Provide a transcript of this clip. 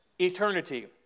Eternity